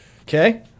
Okay